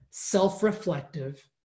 self-reflective